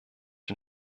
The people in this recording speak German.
den